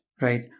Right